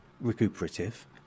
recuperative